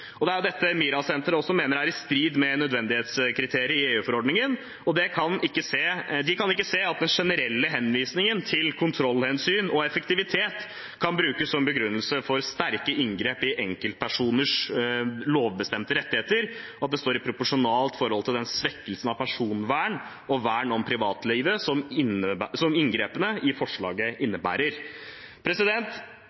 Det er dette MiRA-senteret også mener er i strid med nødvendighetskriteriet i EU-forordningen, og de kan ikke se at den generelle henvisningen til kontrollhensyn og effektivitet kan brukes som begrunnelse for sterke inngrep i enkeltpersoners lovbestemte rettigheter, eller at det står i proporsjonalt forhold til den svekkelsen av personvern og vern om privatlivet som inngrepene i forslaget